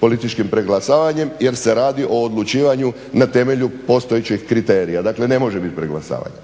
političkim preglasavanjem jer se radi o odlučivanju na temelju postojećih kriterija. Dakle ne može biti preglasavanja.